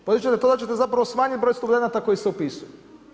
Postići ćete to da ćete zapravo smanjiti broj studenata koji se upisuju.